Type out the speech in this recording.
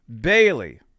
Bailey